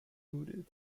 brooded